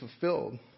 fulfilled